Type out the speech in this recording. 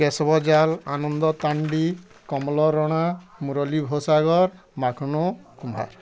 କେଶବ ଜାଲ ଆନନ୍ଦ କାଣ୍ଡି କମଲ ରଣା ମୂରଲୀ ଘୋସାଘର ମାଖନୁ କୁମ୍ଭାର